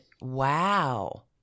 Wow